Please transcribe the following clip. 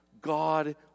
God